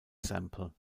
sample